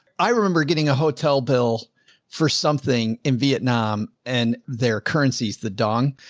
i remember getting a hotel bill for something in vietnam and their currencies, the dong.